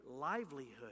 livelihood